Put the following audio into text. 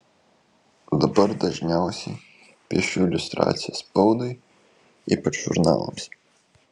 dabar dažniausiai piešiu iliustracijas spaudai ypač žurnalams